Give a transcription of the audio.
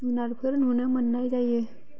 जुनारफोर नुनो मोनो मोन्नाय जायो